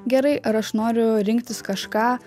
gerai ar aš noriu rinktis kažką